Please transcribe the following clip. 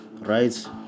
right